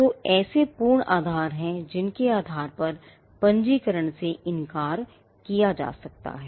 तो ऐसे पूर्ण आधार हैं जिनके आधार पर पंजीकरण से इनकार किया जा सकता है